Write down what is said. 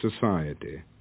society